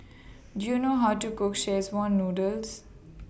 Do YOU know How to Cook Noodle